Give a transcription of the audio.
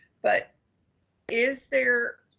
but is there,